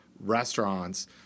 restaurants